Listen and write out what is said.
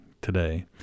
today